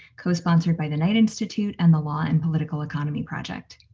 cosponsored by the knight institute and the law and political economy project.